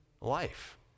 life